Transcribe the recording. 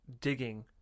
digging